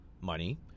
money